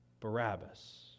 Barabbas